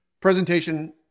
presentation